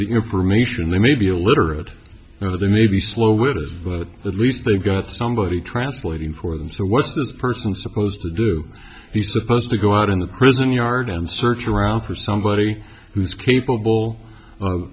the information or maybe a literate or there may be slow witted but at least they got somebody translating for them so what's this person supposed to do he's supposed to go out in the prison yard and search around for somebody who's capable of